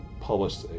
published